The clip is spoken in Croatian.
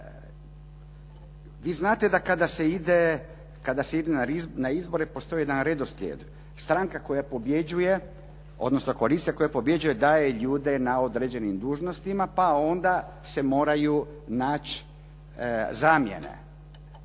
Vi znate kada se ide na izbore postoji jedan redoslijed. Stranka koja pobjeđuje odnosno koalicija koja pobjeđuje daje ljude na određenim dužnostima pa onda se moraju naći zamjene.